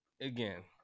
Again